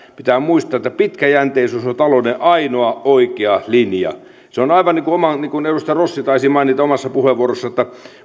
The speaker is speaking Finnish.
pitää muistaa että pitkäjänteisyys on talouden ainoa oikea linja se on on aivan niin kuin edustaja rossi taisi mainita omassa puheenvuorossaan että